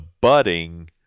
budding